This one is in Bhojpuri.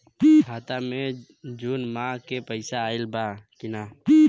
खाता मे जून माह क पैसा आईल बा की ना?